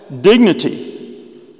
dignity